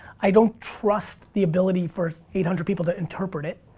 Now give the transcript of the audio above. i don't trust the ability for eight hundred people to interpret it.